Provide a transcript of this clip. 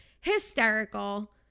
Hysterical